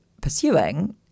pursuing